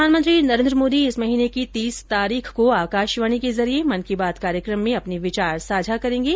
प्रधानमंत्री नरेन्द्र मोदी इस महीने की तीस तारीख को आकाशवाणी के जरिये मन की बात कार्यक्रम में अपने विचार देश के नागरिकों के साथ साझा करेंगे